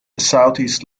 southeast